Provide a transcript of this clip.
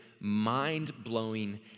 mind-blowing